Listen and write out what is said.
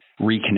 reconnect